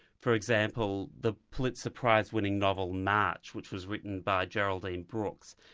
for example, the pulitzer prizewinning novel march which was written by geraldine brooks,